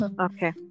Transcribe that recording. Okay